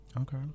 Okay